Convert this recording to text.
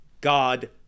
God